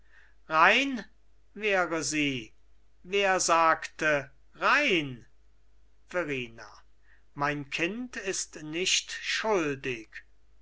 rein wäre sie wer sagte rein verrina mein kind ist nicht schuldig